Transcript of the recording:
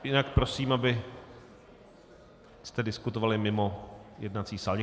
Jinak ale prosím, abyste diskutovali mimo jednací sál.